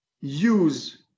use